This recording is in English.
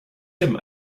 him